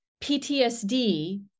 PTSD